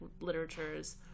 literatures